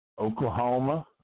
Oklahoma